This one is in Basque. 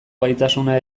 gaitasuna